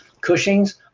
Cushing's